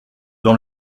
dans